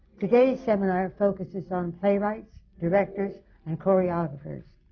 today's seminar focuses on playwrights, directors and choreographers.